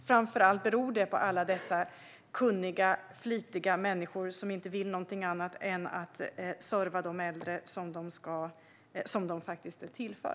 Framför allt beror detta på alla dessa kunniga och flitiga människor som inte vill någonting annat än att serva de äldre som de faktiskt är till för.